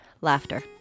Laughter